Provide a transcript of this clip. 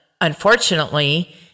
Unfortunately